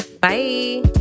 Bye